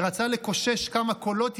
ורצה לקושש כמה קולות ימניים,